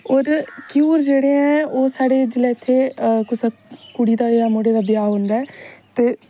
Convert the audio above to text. और घ्यूर जेहड़ा घ्यूर ओह् साढ़े जेहलै इत्थै कुसेृै कुड़ी जां मुडे़ दा ब्याह होंदा ऐ ते